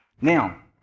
Now